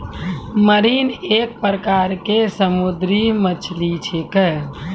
marine एक प्रकार के समुद्री मछली छेकै